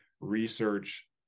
research